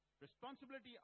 responsibility